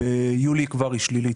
אבל ביולי היא תהיה שלילית.